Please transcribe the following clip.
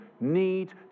need